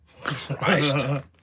Christ